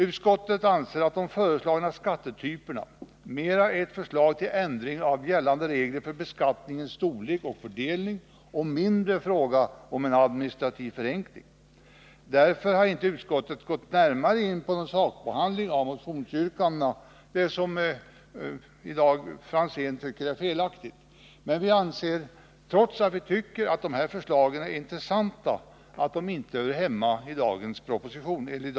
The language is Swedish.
Utskottet anser att de föreslagna skattetyperna mera är förslag till ändring av gällande regler för beskattningens storlek och fördelning och mindre är fråga om en administrativ förenkling. Därför har inte utskottet gått närmare in på någon sakbehandling av motionsyrkandena, vilket Tommy Franzén i dag tycker är felaktigt. Vi menar, trots att vi tycker de är intressanta, att dessa förslag inte hör hemma i dagens behandling.